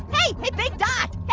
hey, hey big dot, hey.